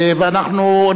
ואנחנו,